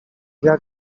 jak